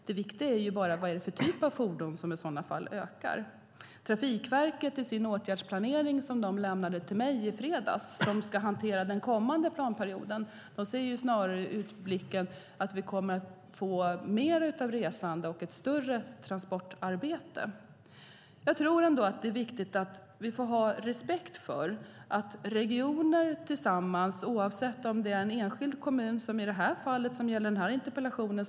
Det viktiga är vad det är för typ av fordon som i sådana fall ökar. Trafikverket lämnade sin åtgärdsplanering som ska hantera den kommande planperioden till mig i fredags. Det har snarare utblicken att vi kommer att se mer av resande och ett större transportarbete. Det är viktigt att vi har respekt för att regioner också har ett nära och viktigt samarbete med kommuner runt omkring när det gäller trängselskatten.